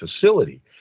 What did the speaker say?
facility